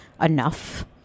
enough